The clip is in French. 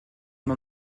nom